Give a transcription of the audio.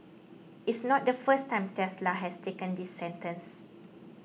it's not the first time Tesla has taken this sentence